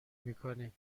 میکنیم